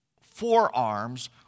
forearms